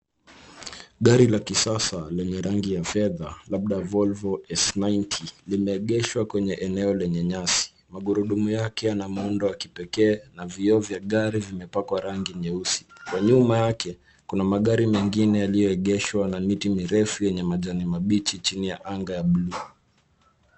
Gari la kisasa lenye rangi ya fedha labda Volvo s90 limeegeshwa kwenye eneo lenye nyasi. Magurudumu yake yana muundo wa kipekee. Vioo vya gari vimepakwa rangi nyeusi. Kwa nyuma yake, kuna magari mengine yaliyoegeshwa na miti mirefu yenye majani mabichi chini ya anga ya bluu.